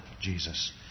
Jesus